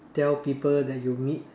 tell people that you meet